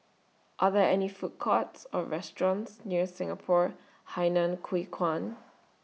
Are There any Food Courts Or restaurants near Singapore Hainan Hwee Kuan